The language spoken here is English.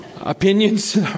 opinions